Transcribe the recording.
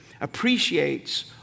appreciates